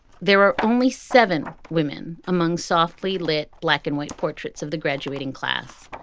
there are only seven women among softly lit. black and white portraits of the graduating class.